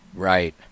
Right